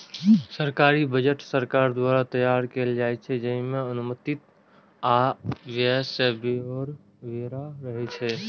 सरकारी बजट सरकार द्वारा तैयार कैल जाइ छै, जइमे अनुमानित आय आ व्यय के ब्यौरा रहै छै